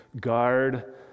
guard